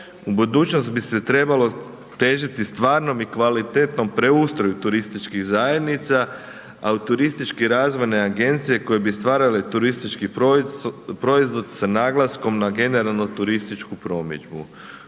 U budućnosti bi se trebalo težiti stvarnom i kvalitetnom preustroju turističkih zajednica a turistički razvojne agencije koje bi stvarale turistički proizvod sa naglaskom na generalno turističku promidžbu.